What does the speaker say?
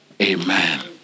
Amen